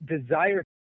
desire